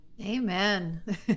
Amen